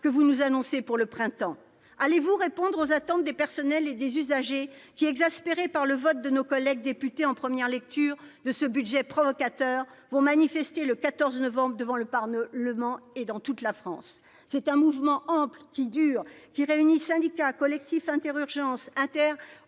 que vous nous annoncez pour le printemps ? Allez-vous répondre aux attentes des personnels et des usagers qui, exaspérés par le vote de nos collègues députés en première lecture de ce budget provocateur, manifesteront le 14 novembre devant le Parlement et dans toute la France ? Ce mouvement ample, qui dure et réunit syndicats, collectifs Inter-Urgences,